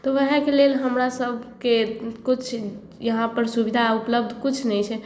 तऽ वएहके लेल हमरासभकेँ किछु यहाँपर सुविधा उपलब्ध किछु नहि छै